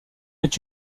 est